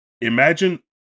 imagine